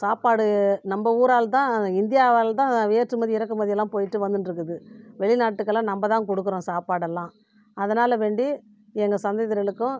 சாப்பாடு நம்ம ஊரால் தான் இந்தியாவால் தான் ஏற்றுமதி இறக்குமதிலாம் போயிட்டு வந்துன்ருக்குது வெளிநாட்டுக்கெல்லாம் நம்ம தான் கொடுக்குறோம் சாப்பாடெல்லாம் அதனால் வேண்டி எங்கள் சந்ததியர்களுக்கும்